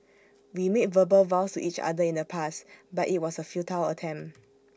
we made verbal vows to each other in the past but IT was A futile attempt